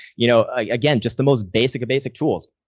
you know, again, just the most basic of basic tools,